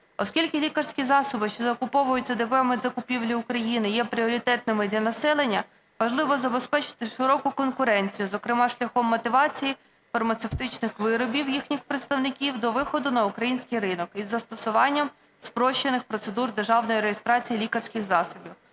Оскільки лікарські засоби, що закуповуються ДП "Медзакупівлі України", є пріоритетними для населення, важливо забезпечити широку конкуренцію, зокрема шляхом мотивації фармацевтичних виробів їхніх представників до виходу на український ринок із застосуванням спрощених процедур державної реєстрації лікарських засобів.